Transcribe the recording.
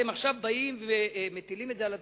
עכשיו באות ומטילות את זה על הצרכנים,